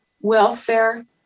Welfare